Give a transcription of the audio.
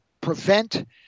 prevent